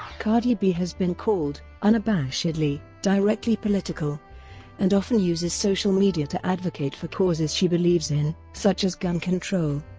cardi b has been called unabashedly, directly political and often uses social media to advocate for causes she believes in, such as gun control.